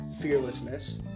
fearlessness